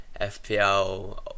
FPL